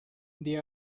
they